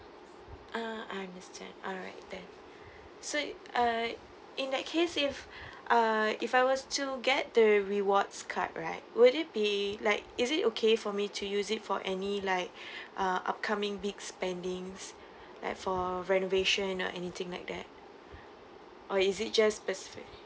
ah understand alright then so uh in that case if uh if I was to get the rewards card right would it be like is it okay for me to use it for any like uh upcoming big spendings like for renovation or anything like that or is it just specific